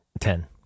ten